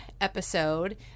episode